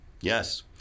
yes